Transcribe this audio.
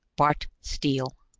bart steele.